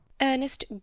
Ernest